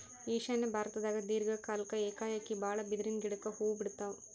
ಈಶಾನ್ಯ ಭಾರತ್ದಾಗ್ ದೀರ್ಘ ಕಾಲ್ಕ್ ಏಕಾಏಕಿ ಭಾಳ್ ಬಿದಿರಿನ್ ಗಿಡಕ್ ಹೂವಾ ಬಿಡ್ತಾವ್